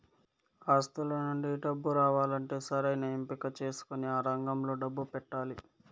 ఆస్తుల నుండి డబ్బు రావాలంటే సరైన ఎంపిక చేసుకొని ఆ రంగంలో డబ్బు పెట్టాలి